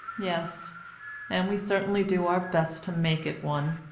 yes and we certainly do our best to make it one.